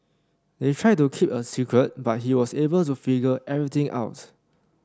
they tried to keep it a secret but he was able to figure everything out